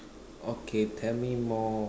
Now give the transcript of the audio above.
okay tell me more